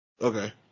Okay